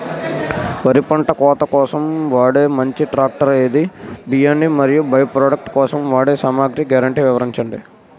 వరి పంట కోత కోసం వాడే మంచి ట్రాక్టర్ ఏది? బియ్యాన్ని మరియు బై ప్రొడక్ట్ కోసం వాడే సామాగ్రి గ్యారంటీ వివరించండి?